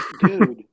dude